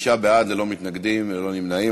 תשעה בעד, ללא מתנגדים, ללא נמנעים.